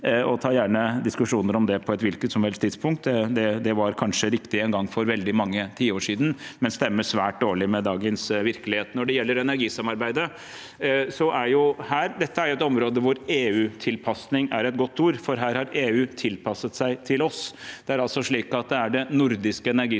jeg tar gjerne diskusjoner om det på et hvilket som helst tidspunkt. Det var kanskje riktig en gang for veldig mange tiår siden, men stemmer svært dårlig med dagens virkelighet. Når det gjelder energisamarbeidet, er det et område hvor EU-tilpasning er et godt ord, for her har EU tilpasset seg til oss. Det er det nordiske energisamarbeidet,